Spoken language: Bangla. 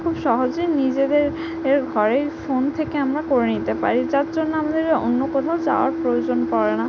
খুব সহজে নিজেদের এর ঘরের ফোন থেকে আমরা করে নিতে পারি যার জন্য আমাদের অন্য কোথাও যাওয়ার প্রয়োজন পড়ে না